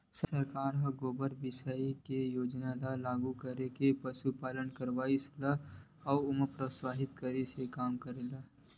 सरकार ह गोबर बिसाये के योजना ल लागू करके पसुपालन के करई ल अउ प्रोत्साहित करे के काम करे हे